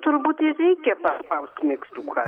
turbūt ir reikia paspaust mygtuką